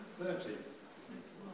thirty